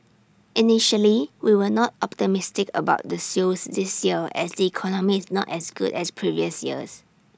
initially we were not optimistic about the sales this year as the economy is not as good as previous years